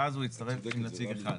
ואז הוא יצטרף עם נציג אחד.